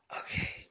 okay